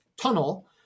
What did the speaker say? tunnel